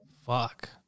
Fuck